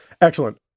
Excellent